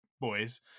boys